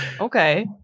Okay